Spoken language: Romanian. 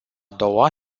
doua